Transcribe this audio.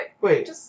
Wait